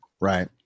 right